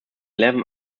eleven